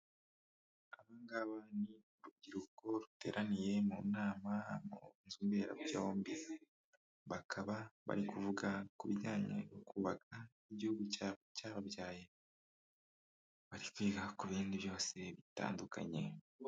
Abangaba ni urubyiruko ruteraniye mu nama, mu nzu mberabyombi, bakaba bari kuvuga ku bijyanye no kubaka igihugu cyababyaye, bari kwiga ku bindi byose bitandukanye.